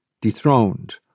dethroned